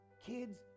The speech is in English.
kids